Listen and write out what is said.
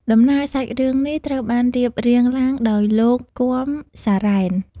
ដំណើរសាច់រឿងនេះត្រូវបានរៀបរៀងឡើងដោយលោក គាំ សារ៉ែន។